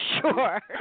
sure